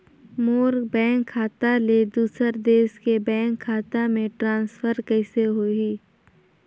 मोर bank खाता ले दुसर देश के बैंक खाता मे ट्रांसफर कइसे होही?